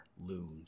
loomed